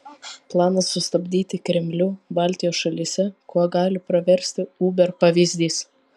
planas sustabdyti kremlių baltijos šalyse kuo gali praversti uber pavyzdys